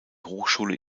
hochschule